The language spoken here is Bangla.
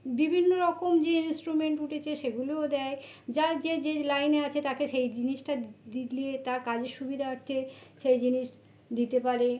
বিভিন্নরকম যে ইনস্ট্রুমেন্ট উঠেছে সেগুলোও দেয় যার যে যে লাইনে আছে তাকে সেই জিনিসটা দিলে তার কাজের সুবিধার্থে সেই জিনিস দিতে পারে